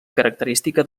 característica